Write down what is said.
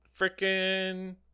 freaking